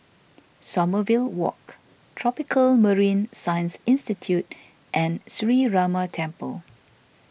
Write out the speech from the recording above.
Sommerville Walk Tropical Marine Science Institute and Sree Ramar Temple